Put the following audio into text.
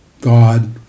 God